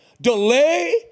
delay